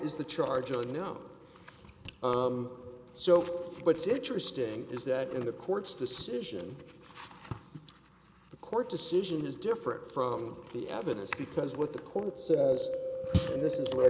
is the charge i know so what's interesting is that in the court's decision the court decision is different from the evidence because what the court said and this is where